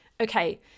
Okay